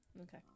Okay